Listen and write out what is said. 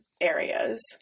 areas